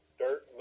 dirt